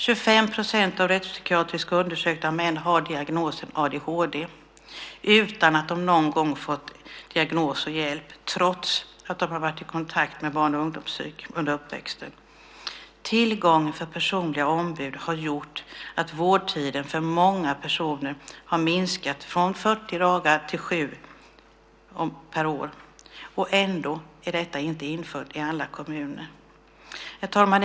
25 % av de rättspsykiatriskt undersökta männen har diagnosen adhd, utan att de någon gång fått diagnos och hjälp trots att de under uppväxten varit i kontakt med barn och ungdomspsykiatrin. Tillgång till personliga ombud har gjort att vårdtiden för många personer minskat från 40 till sju dagar per år. Ändå är detta inte infört i alla kommuner. Herr talman!